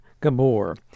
Gabor